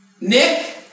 Nick